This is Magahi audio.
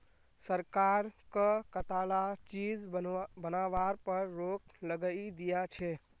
सरकार कं कताला चीज बनावार पर रोक लगइं दिया छे